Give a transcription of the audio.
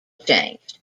changed